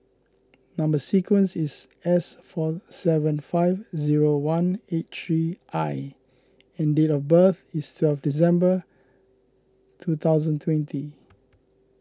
Number Sequence is S four seven five zero one eight three I and date of birth is twelve December two thousand twenty